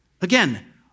Again